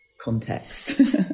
context